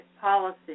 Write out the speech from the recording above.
policy